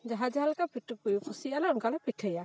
ᱡᱟᱦᱟᱸ ᱡᱟᱦᱟᱸ ᱞᱮᱠᱟ ᱯᱤᱴᱷᱟᱹ ᱠᱩᱥᱤᱭᱟᱜ ᱟᱞᱮ ᱚᱱᱠᱟᱞᱮ ᱯᱤᱴᱷᱟᱹᱭᱟ